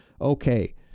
okay